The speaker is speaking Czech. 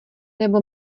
nebo